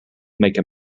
make